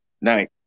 Night